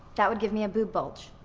that would give me a boob bulge.